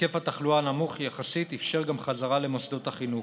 היקף התחלואה הנמוך יחסית אפשר גם חזרה למוסדות החינוך.